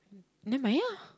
never mind ah